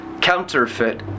counterfeit